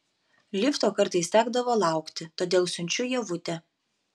lifto kartais tekdavo laukti todėl siunčiu ievutę